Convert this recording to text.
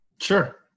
Sure